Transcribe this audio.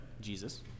Jesus